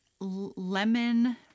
lemon